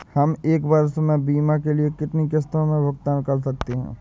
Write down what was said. हम एक वर्ष में बीमा के लिए कितनी किश्तों में भुगतान कर सकते हैं?